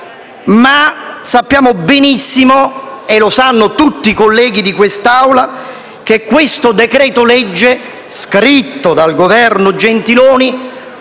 Ma sappiamo benissimo - e lo sanno tutti i colleghi di quest'Assemblea - che questo decreto-legge, scritto dal Governo Gentiloni